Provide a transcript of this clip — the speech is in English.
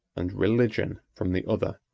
and religion from the other.